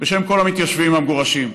בשם כל המתיישבים המגורשים,